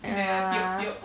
ya